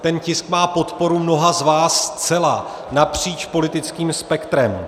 Ten tisk má podporu mnoha z vás zcela napříč politickým spektrem.